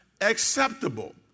acceptable